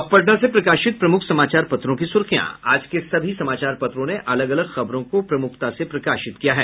अब पटना से प्रकाशित प्रमुख समाचार पत्रों की सुर्खियां आज के सभी समाचार पत्रों ने अलग अलग खबरों को प्रमुखता से प्रकाशित किया है